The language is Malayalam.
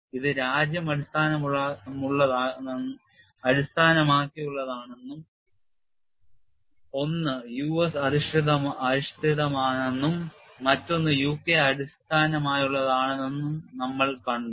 ഇത് രാജ്യം അടിസ്ഥാനമാക്കിയുള്ളതാണെന്നും ഒന്ന് യുഎസ് അധിഷ്ഠിതമാണെന്നും മറ്റൊന്ന് യുകെ ആസ്ഥാനമായുള്ളത് എന്നും നമ്മൾ കണ്ടു